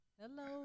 Hello